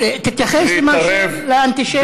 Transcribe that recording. תתייחס לאנטישמים.